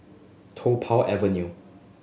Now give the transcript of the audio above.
Tung Po Avenue